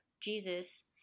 Jesus